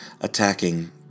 attacking